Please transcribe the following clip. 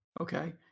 Okay